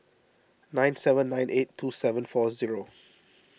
nine seven nine eight two seven four zero